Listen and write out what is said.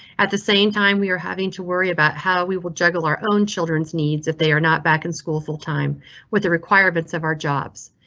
at the same time, we're having to worry about how we will juggle our own children's needs if they're not back in school full time with the requirements of our jobs.